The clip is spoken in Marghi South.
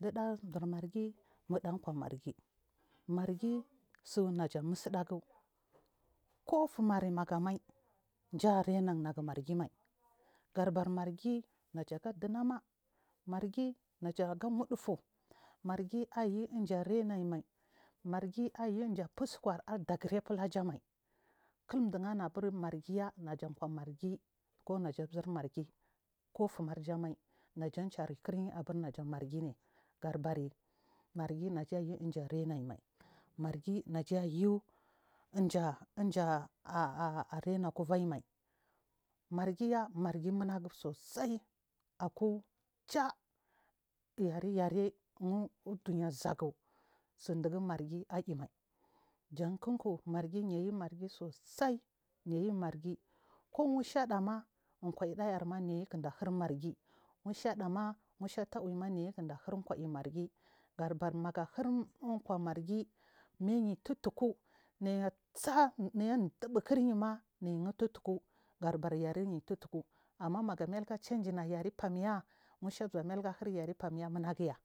ɗiɗs ɗurmargi muɗa kwa margi mmarg tsunaji mutgudegu kwa ufuma ri nega mai jarainan negumargima geɗabar margi nagaga wuchuufu margi aiyi injaranan maim argi ayi ɗiɗafu uskar aɗagira fulajamai aburmargiya najachar kir aburnajamarginai gaɗabar najayiraina margiya mergi mumagu tsusai akm yare uɗuniya zagu tsinɗugumangi auyimai jan kikki niyimaryi sosai kumushaɗams niyi kinja gija hir kwai margi gaɗabar megahur kwa margi meyiturku niyitsa neyi ɗubukar yima neyi tutku gaɗabar yareyi tutku amma maga mailiga ganga yere famya musha zuwa mailiga giryare ɓanya numaguya.